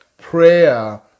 prayer